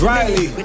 Riley